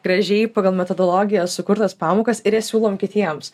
gražiai pagal metodologiją sukurtas pamokas ir jas siūlom kitiems